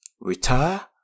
Retire